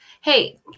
Hey